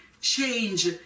change